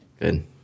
Good